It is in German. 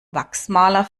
wachsmaler